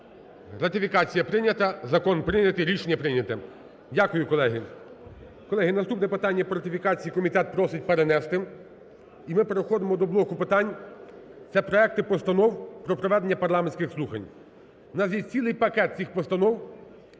Ратифікація прийнята. Закон прийнятий. Рішення прийняте. Дякую, колеги. Колеги, наступне питання про ратифікацію комітет просить перенести. І ми переходимо до блоку питань, це проекти постанов про проведення парламентських слухань. У нас є цілий пакет цих постанов.